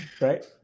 right